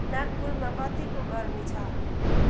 नागपुरमा कत्तिको गर्मी छ